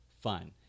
fun